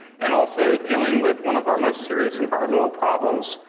and also dealing with one of our most serious environmental problems,